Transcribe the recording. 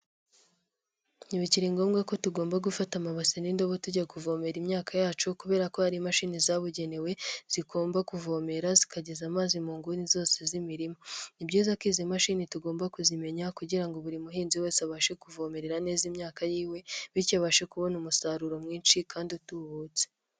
Ntibikiri ngombwa ko tugomba gufata amabase n'indobo tujya kuvomere imyaka yacu kubera ko hari imashini zabugenewe zigomba kuvomera zikageza amazi mu nguni zose z'imirima, ni ibyiza ko izi mashini tugomba kuzimenya kugira ngo buri muhinzi wese abashe kuvomerera neza imyaka y'iwe, bityo abashe kubona umusaruro mwinshi kandi utubutse.